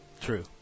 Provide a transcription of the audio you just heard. True